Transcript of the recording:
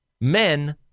Men